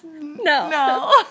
no